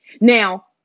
Now